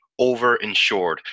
overinsured